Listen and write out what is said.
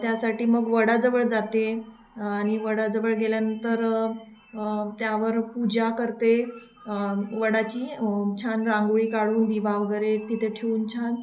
त्यासाठी मग वडाजवळ जाते आणि वडाजवळ गेल्यानंतर त्यावर पूजा करते वडाची छान रांगोळी काढून दिवा वगैरे तिथे ठेवून छान